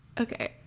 Okay